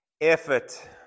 Effort